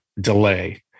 delay